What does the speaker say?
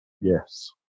yes